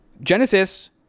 Genesis